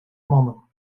mannen